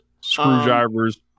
Screwdrivers